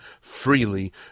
freely